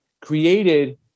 created